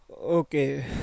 Okay